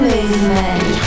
Movement